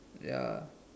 ya